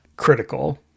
critical